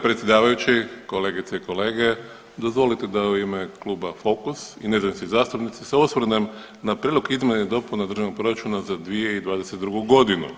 predsjedavajući, kolegice i kolege, dozvolite da u ime Kluba Fokus i nezavisni zastupnici se osvrnem na Prijedlog izmjena i dopuna državnog proračuna za 2022. godinu.